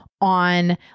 on